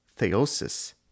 theosis